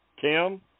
Kim